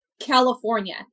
California